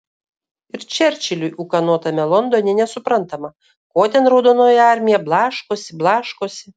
ir čerčiliui ūkanotame londone nesuprantama ko ten raudonoji armija blaškosi blaškosi